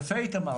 יפה, איתמר.